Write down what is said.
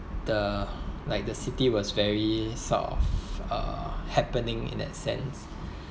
the like the city was very sort of uh happening in that sense